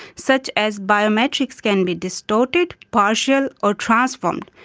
such as biometrics can be distorted, partial or transformed,